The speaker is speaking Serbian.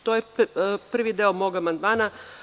To je prvi deo mog amandmana.